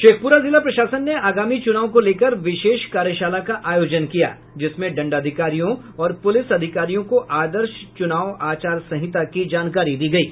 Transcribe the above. शेखपुरा जिला प्रशासन ने आगामी चुनाव को लेकर विशेष कार्यशाला का आयोजन किया जिसमें दंडाधिकारियों और पुलिस अधिकारियों को आदर्श चुनाव आचार संहिता की जानकारी दी गयी